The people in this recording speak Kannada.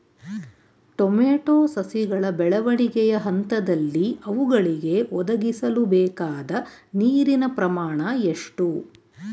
ಟೊಮೊಟೊ ಸಸಿಗಳ ಬೆಳವಣಿಗೆಯ ಹಂತದಲ್ಲಿ ಅವುಗಳಿಗೆ ಒದಗಿಸಲುಬೇಕಾದ ನೀರಿನ ಪ್ರಮಾಣ ಎಷ್ಟು?